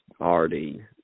already –